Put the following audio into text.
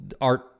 art